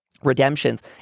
redemptions